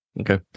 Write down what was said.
Okay